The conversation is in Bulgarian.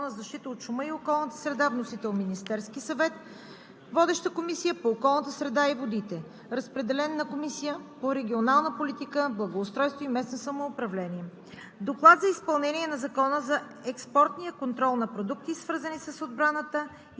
Разпределен е на Комисията по правни въпроси. Законопроект за изменение и допълнение на Закона за защита от шума и околната среда. Вносител е Министерският съвет. Водеща е Комисията по околната среда и водите. Разпределен е на Комисията по регионална политика, благоустройство и местно самоуправление.